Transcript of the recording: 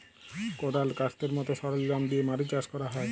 কদাল, ক্যাস্তের মত সরলজাম দিয়ে মাটি চাষ ক্যরা হ্যয়